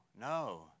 no